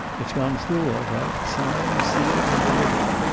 it's gone through, all right. signed, sealed, and delivered.